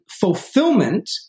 fulfillment